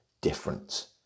different